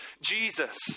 Jesus